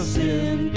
sin